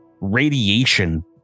radiation